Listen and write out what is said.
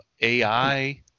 AI